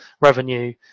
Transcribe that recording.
revenue